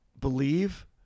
believe